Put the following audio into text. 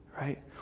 right